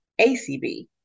ACB